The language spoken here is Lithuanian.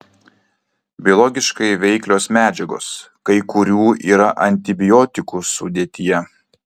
biologiškai veiklios medžiagos kai kurių yra antibiotikų sudėtyje